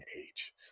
age